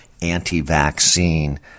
anti-vaccine